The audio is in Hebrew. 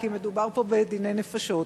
כי מדובר פה בדיני נפשות.